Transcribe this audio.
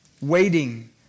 waiting